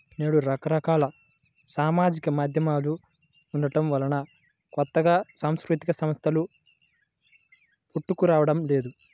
నేడు రకరకాల సామాజిక మాధ్యమాలు ఉండటం వలన కొత్తగా సాంస్కృతిక సంస్థలు పుట్టుకురావడం లేదు